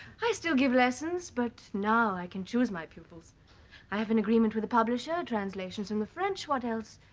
i still give lessons but now i can choose my pupils i have an agreement with the publisher translations from the french what else?